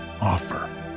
offer